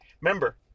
Remember